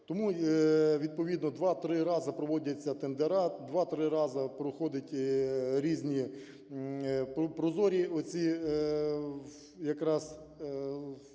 Тому відповідно 2-3 рази проводяться тендера, 2-3 рази проходять різні прозорі оці якраз